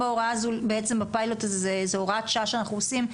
בעצם הפיילוט הזה זו הוראת שעה שאנחנו עושים.